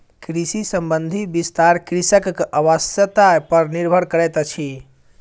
कृषि संबंधी विस्तार कृषकक आवश्यता पर निर्भर करैतअछि